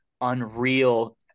unreal